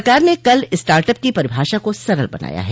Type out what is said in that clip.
सरकार ने कल स्टार्टअप की परिभाषा को सरल बनाया है